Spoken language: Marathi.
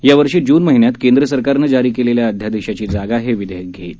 या वर्षी जून महिन्यात केंद्र सरकारनं जारी केलेल्या अध्यादेशाची जागा हे विधेयक घेईल